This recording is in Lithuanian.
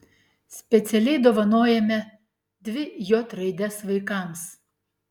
specialiai dovanojome dvi j raides vaikams